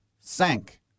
sank